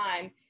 time